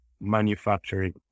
manufacturing